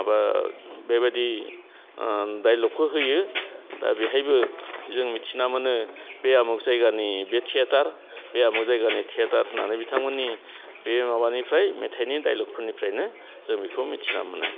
माबा बेबादि दाइलगखौ होयो दा बेहायबो जों मोथिना मोनो बे आमुग जायगानि बे थियेटार बे आमुग जायगानि थियाटार होन्नानै बिथांमोननि बे माबानिफ्राय मेथाइनि दाइलगफोरनिफ्रायनो जों बेखौ मिथिना मोनो